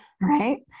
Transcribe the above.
Right